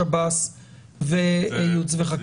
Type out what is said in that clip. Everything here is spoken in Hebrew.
השב"ס וייעוץ וחקיקה.